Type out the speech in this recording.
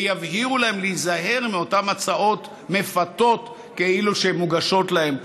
ויבהירו להם להיזהר מאותן הצעות מפתות שכאילו מוגשות להם,